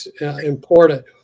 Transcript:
important